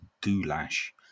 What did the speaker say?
goulash